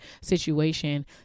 situation